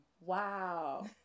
Wow